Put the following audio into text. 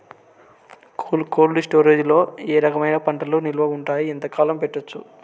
Cold storage లో ఏ రకమైన పంటలు నిలువ ఉంటాయి, ఎంతకాలం పెట్టొచ్చు?